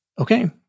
okay